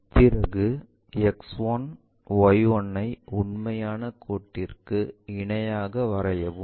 பிறகு X1 Y1 ஐ உண்மையான கோட்டிற்கு இணையாக வரையவும்